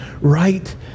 right